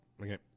Okay